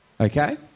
Okay